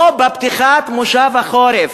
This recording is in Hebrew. פה, בפתיחת מושב החורף,